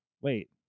Wait